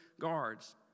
guards